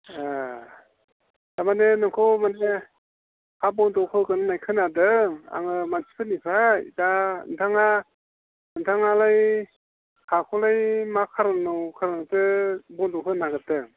ए थारमाने नोंखौ माने हा बन्दक होगोन होननाय खोनादों आङो मानसिफोरनिफ्राय दा नोंथाङा नोंथाङालाय हाखौलाय मा कारनाव ओंखारना बन्दक होनो नागिरदों